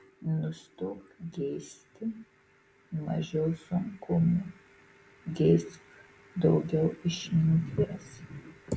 nustok geisti mažiau sunkumų geisk daugiau išminties